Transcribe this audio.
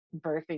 birthing